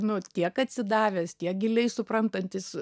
nu tiek atsidavęs tiek giliai suprantantis